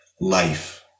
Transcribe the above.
life